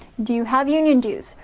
do have union dues?